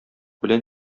белән